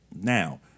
now